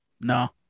no